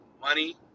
money